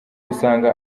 usanga